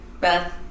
Beth